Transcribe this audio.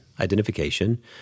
identification